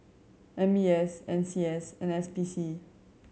M B S N C S and S P C